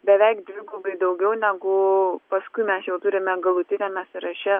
beveik dvigubai daugiau negu paskui mes jau turime galutiniame sąraše